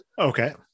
Okay